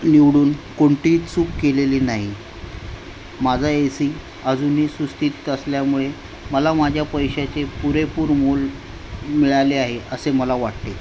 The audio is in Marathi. निवडून कोणतीही चूक केलेली नाही माझा एसी अजूनही सुस्थितीत असल्यामुळे मला माझ्या पैशाचे पुरेपूर मोल मिळाले आहे असे मला वाटते